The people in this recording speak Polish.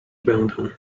będę